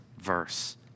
verse